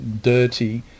dirty